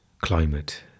climate